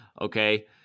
Okay